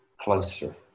closer